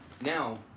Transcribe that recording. now